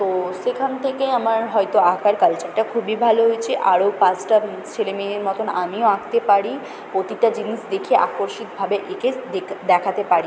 তো সেখান থেকে আমার হয়তো আঁকার কালচারটা খুবই ভালো হয়েছে আরও পাঁচটা ছেলে মেয়ের মতন আমিও আঁকতে পারি প্রতিটা জিনিস দেখে আকর্ষিকভাবে এঁকে দেখাতে পারি